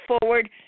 forward